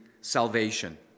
salvation